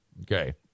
Okay